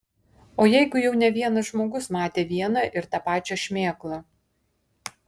o jeigu jau ne vienas žmogus matė vieną ir tą pačią šmėklą